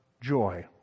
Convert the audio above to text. joy